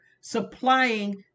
supplying